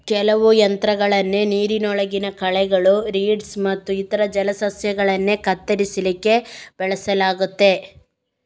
ಕೆಲವು ಯಂತ್ರಗಳನ್ನ ನೀರಿನೊಳಗಿನ ಕಳೆಗಳು, ರೀಡ್ಸ್ ಮತ್ತು ಇತರ ಜಲಸಸ್ಯಗಳನ್ನ ಕತ್ತರಿಸ್ಲಿಕ್ಕೆ ಬಳಸಲಾಗ್ತದೆ